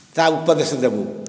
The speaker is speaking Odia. ତା ଉପଦେଶ ଦେବୁ